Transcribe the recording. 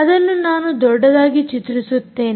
ಅದನ್ನು ನಾನು ದೊಡ್ಡದಾಗಿ ಚಿತ್ರಿಸುತ್ತೇನೆ